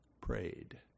prayed